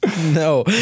No